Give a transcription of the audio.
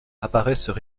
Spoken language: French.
apparaissent